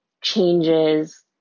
changes